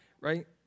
right